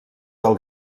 del